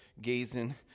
gazing